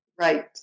right